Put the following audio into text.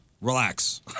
Relax